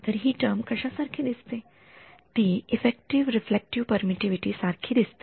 तर हि टर्म कशा सारखी दिसते ती इफ्फेक्टिव्ह रिलेटिव्ह परमिटिव्हिटी सारखी दिसते